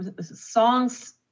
songs